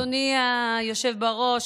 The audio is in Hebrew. אדוני היושב-ראש,